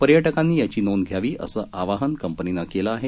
पर्यटकांनी याची नोंद घ्यावी असं आवाहन कंपनीन केलं आहे